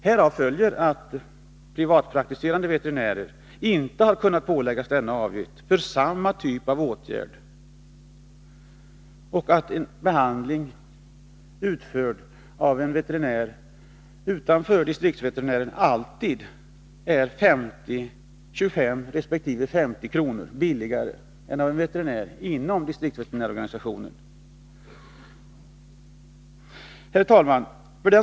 Härav följer att privatpraktiserande veterinärer inte har kunnat påläggas denna avgift för samma typ av åtgärder och att en behandling utförd av en veterinär utanför distriktsveterinärorganisationen alltid är 25 resp. 50 kr. billigare än en behandling utförd av veterinär som tillhör nämnda organisation. Herr talman!